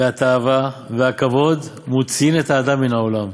והתאווה והכבוד מוציאין את האדם מן העולם.